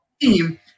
Team